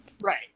Right